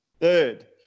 third